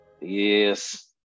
Yes